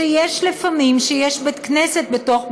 שיש לפעמים בית-כנסת בתוך בית-מדרש.